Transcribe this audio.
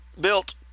built